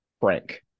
Frank